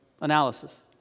Analysis